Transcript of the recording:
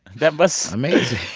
that must amazing